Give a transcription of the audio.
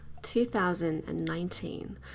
2019